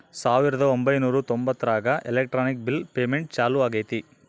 ಸಾವಿರದ ಒಂಬೈನೂರ ತೊಂಬತ್ತರಾಗ ಎಲೆಕ್ಟ್ರಾನಿಕ್ ಬಿಲ್ ಪೇಮೆಂಟ್ ಚಾಲೂ ಆಗೈತೆ